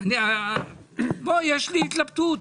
פה יש לי התלבטות,